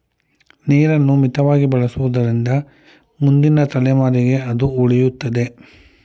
ನೀರನ್ನು ಮಿತವಾಗಿ ಬಳಸುವುದರಿಂದ ಮುಂದಿನ ತಲೆಮಾರಿಗೆ ಅದು ಉಳಿಯುತ್ತದೆ